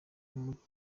umuti